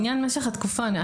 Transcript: לעניין משך התקופה,